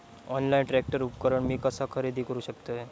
Online tractor उपकरण मी कसा खरेदी करू शकतय?